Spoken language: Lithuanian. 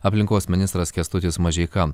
aplinkos ministras kęstutis mažeika